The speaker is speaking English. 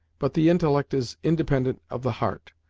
but the intellect is independent of the heart,